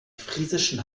friesischen